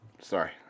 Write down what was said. Sorry